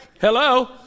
Hello